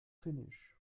finnisch